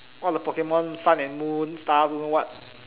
one of the Pokemon sun and moon star don't know what